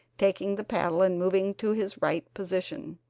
taking the paddle and moving to his right position.